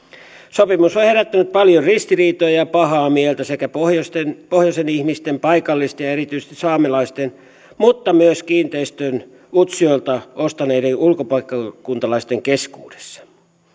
sopimus on herättänyt paljon ristiriitoja ja pahaa mieltä pohjoisen pohjoisen ihmisten paikallisten ja erityisesti saamelaisten mutta myös kiinteistön utsjoelta ostaneiden ulkopaikkakuntalaisten keskuudessa